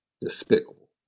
despicable